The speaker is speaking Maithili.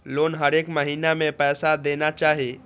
लोन हरेक महीना में पैसा देना चाहि?